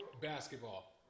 Basketball